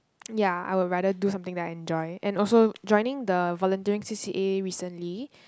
ya I would rather do something that I enjoy and also joining the volunteering C_C_A recently